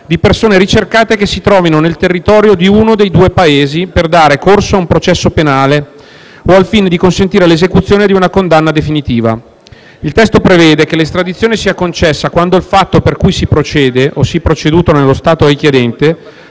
di persone ricercate che si trovino nel territorio di uno dei due Paesi per dare corso a un processo penale o al fine di consentire l'esecuzione di una condanna definitiva. Il testo prevede che l'estradizione sia concessa quando il fatto per cui si procede o si è proceduto nello Stato richiedente